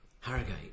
Harrogate